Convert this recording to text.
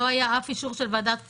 לא היה אף אישור של ועדת הכספים.